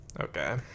Okay